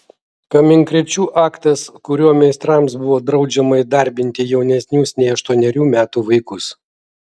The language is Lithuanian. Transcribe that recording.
kaminkrėčių aktas kuriuo meistrams buvo draudžiama įdarbinti jaunesnius nei aštuonerių metų vaikus